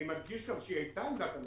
אני מדגיש שהיא גם הייתה עמדת הממשלה,